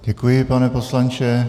Děkuji, pane poslanče.